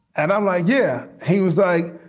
and i'm like, yeah. he was like,